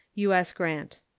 u s. grant.